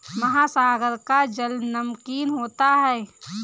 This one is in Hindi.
महासागर का जल नमकीन होता है